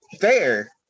fair